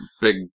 big